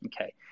Okay